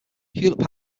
hewlett